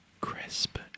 Crisp